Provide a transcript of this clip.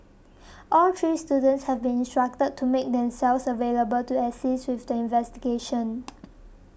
all three students have been instructed to make themselves available to assist with the investigation